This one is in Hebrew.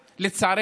לצערנו.